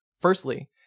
Firstly